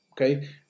okay